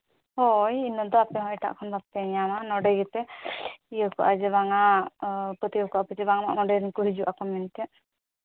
ᱦᱳᱭ ᱤᱱᱟᱹ ᱫᱚ ᱟᱯᱮ ᱦᱚᱸ ᱮᱴᱟᱜ ᱠᱷᱚᱱ ᱵᱟᱯᱮ ᱧᱟᱢᱟ ᱱᱚᱸᱰᱮ ᱜᱮᱯᱮ ᱤᱭᱟᱹ ᱠᱚᱣᱟ ᱡᱮ ᱵᱟᱝᱟ ᱯᱟᱹᱛᱭᱟᱹᱣ ᱠᱚᱜᱼᱟ ᱯᱮ ᱡᱮ ᱚᱸᱰᱮᱱ ᱠᱚ ᱦᱤᱡᱩᱜᱼᱟ ᱠᱚ ᱢᱮᱱᱛᱮ